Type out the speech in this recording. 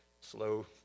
slow